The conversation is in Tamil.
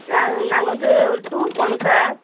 நாங்கள் நாங்கள் வந்து ஒரு டூர் போகணும் சார்